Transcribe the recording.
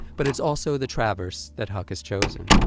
but it's also the traverse that huck has chosen.